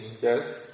Yes